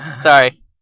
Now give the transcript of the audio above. Sorry